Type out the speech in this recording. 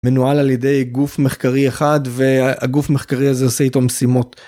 מנוהל על ידי גוף מחקרי אחד, ו...הגוף מחקרי הזה עושה איתו משימות.